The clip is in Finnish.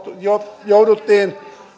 jouduttiin